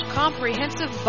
comprehensive